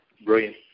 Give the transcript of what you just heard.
brilliant